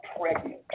pregnant